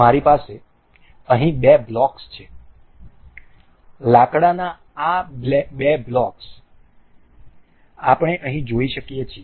મારી પાસે અહીં બે બ્લોક્સ છે લાકડાના બે બ્લોક્સ આપણે અહીં જોઈ શકીએ છીએ